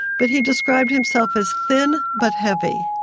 but he described himself as thin but heavy.